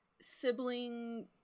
sibling